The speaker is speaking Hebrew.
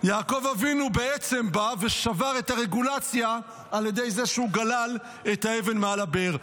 יעקב אבינו בעצם בא ושבר את הרגולציה על ידי זה שגלל את האבן מעל הבאר.